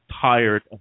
tired